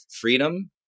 freedom